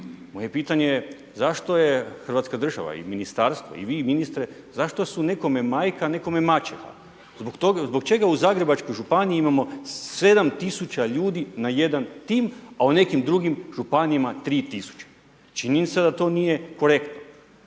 Moje pitanje je zašto je hrvatska država i ministarstvo i vi ministre, zašto su nekome majka, a nekom maćeha? Zbog čega u Zagrebačkoj županiji imamo 7 tisuća ljudi na jedan tim, a u nekim drugim županijama 3 tisuće? Činjenica je da to nije korektno.